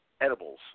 edibles